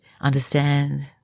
understand